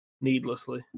needlessly